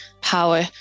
power